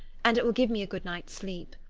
and it will give me a good night's sleep.